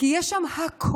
כי יש שם הכול.